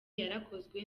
yarakozwe